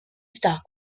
stock